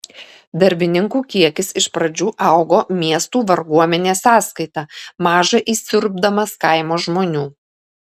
darbininkų kiekis iš pradžių augo miestų varguomenės sąskaita maža įsiurbdamas kaimo žmonių